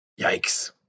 yikes